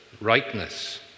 rightness